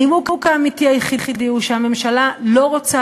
הנימוק האמיתי היחידי הוא שהממשלה לא רוצה